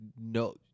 no